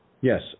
Yes